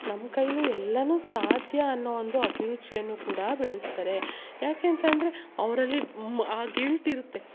ನಮ್ಮ ಕೈಲು ಎಲ್ಲ ಸಾಧ್ಯ ಅನ್ನೋ ಒಂದು ಅಭಿರುಚಿಯನ್ನು ಕೂಡ ಬೆಳ್ಸ್ತಾರೆ ಯಾಕೆ ಅಂತಂದರೆ ಅವರಲ್ಲಿ ಮ ಆ ಗಿಲ್ಟ್ ಇರುತ್ತೆ